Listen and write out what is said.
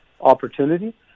opportunity